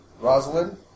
Rosalind